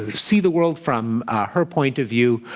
ah see the world from her point of view,